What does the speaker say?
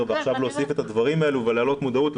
ועכשיו להוסיף את הדברים האלה ולהעלות מודעות.